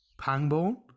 Pangborn